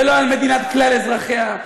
ולא על מדינת כלל אזרחיה,